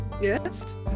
Yes